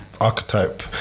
archetype